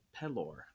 pelor